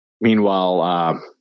Meanwhile